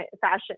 fashion